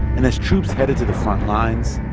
and as troops headed to the front lines,